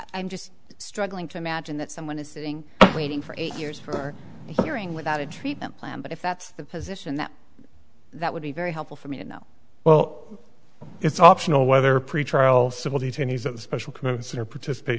i'm just struggling to imagine that someone is sitting waiting for eight years for a hearing without a treatment plan but if that's the position that that would be very helpful for me you know well it's optional whether pretrial civil detainees that special person or participate